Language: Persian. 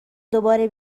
دوباره